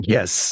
Yes